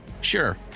sure